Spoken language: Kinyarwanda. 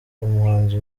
umuhanzi